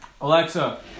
Alexa